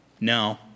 No